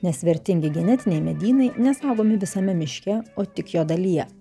nes vertingi genetiniai medynai nesaugomi visame miške o tik jo dalyje